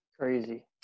crazy